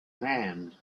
hand